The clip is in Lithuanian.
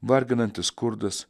varginantis skurdas